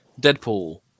Deadpool